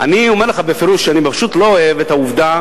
אני אומר לך בפירוש שאני פשוט לא אוהב את העובדה